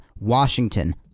Washington